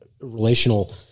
relational